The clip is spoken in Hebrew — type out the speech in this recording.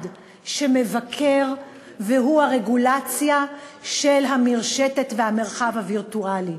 שמבקר והוא הרגולציה של המרשתת והמרחב הווירטואלי.